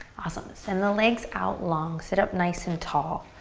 awesome, send the legs out long. sit up nice and tall.